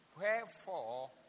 Wherefore